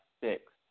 Six